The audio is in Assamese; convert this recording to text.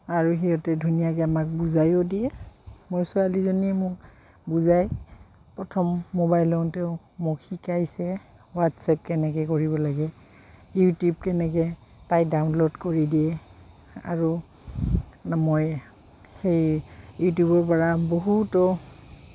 আৰু সিহঁতে ধুনীয়াকে আমাক বুজায়ো দিয়ে মোৰ ছোৱালীজনীয়ে মোক বুজাই প্ৰথম মোবাইলতে মোক শিকাইছে হোৱাটছএপ কেনেকে কৰিব লাগে ইউটিউব কেনেকে তাই ডাউনলোড কৰি দিয়ে আৰু মই সেই ইউটিউবৰ পৰা বহুতো